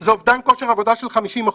זה אובדן כושר עבודה של 50%?